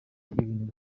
ibintu